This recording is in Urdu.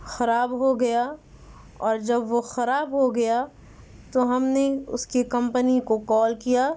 خراب ہو گیا اور جب وہ خراب ہو گیا تو ہم نے اس کی کمپنی کو کال کیا